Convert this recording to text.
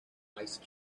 ice